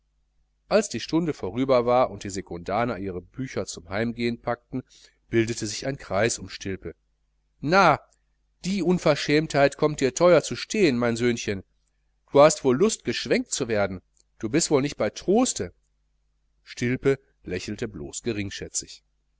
als die stunde vorüber war und die sekundaner ihre bücher zum heimgehen packten bildete sich ein kreis um stilpe na die unverschämtheit kommt dir teuer zu stehen mein söhnchen du hast wohl lust geschwenkt zu werden du bist wohl nicht bei troste stilpe lächelte blos